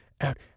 out